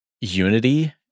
unity